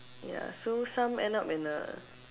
ya so some end up in a